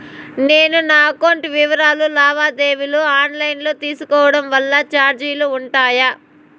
నేను నా అకౌంట్ వివరాలు లావాదేవీలు ఆన్ లైను లో తీసుకోవడం వల్ల చార్జీలు ఉంటాయా?